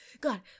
God